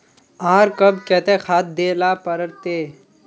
आर कब केते खाद दे ला पड़तऐ?